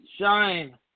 shine